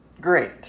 great